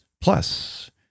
Plus